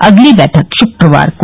अगली बैठक शुक्रवार को